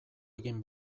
egin